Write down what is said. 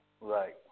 right